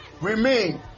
remain